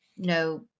No